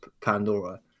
Pandora